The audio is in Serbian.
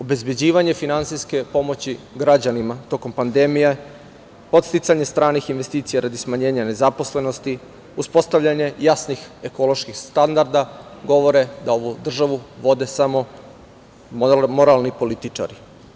Obezbeđivanje finansijske pomoći građanima tokom pandemije, podsticanje stranih investicija radi smanjenja nezaposlenosti, uspostavljanje jasnih ekoloških standarda govore da ovu državu vode samo moralni političari.